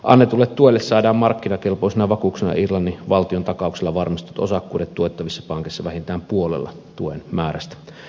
annetulle tuelle saadaan markkinakel poisina vakuuksina irlannin valtiontakauksella varmistetut osakkuudet tuettavissa pankeissa vähintään puolella tuen määrästä